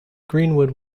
greenwood